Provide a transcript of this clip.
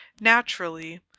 Naturally